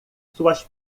suas